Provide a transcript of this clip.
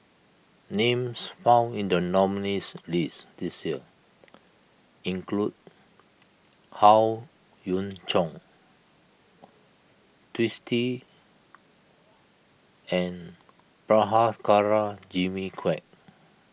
names found in the nominees' list this year include Howe Yoon Chong Twisstii and Prabhakara Jimmy Quek